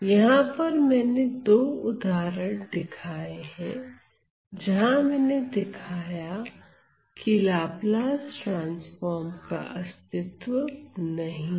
यहां पर मैंने दो उदाहरण दिखाएं जहां मैंने दिखाया की लाप्लास ट्रांसफार्म का अस्तित्व नहीं है